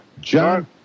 john